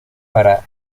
para